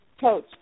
Coach